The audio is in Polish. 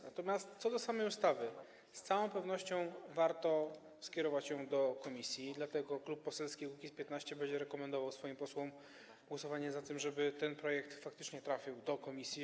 Natomiast co do samej ustawy, z całą pewnością warto skierować ją do komisji i dlatego Klub Poselski Kukiz’15 będzie rekomendował swoim posłom głosowanie za tym, żeby ten projekt faktycznie trafił do komisji.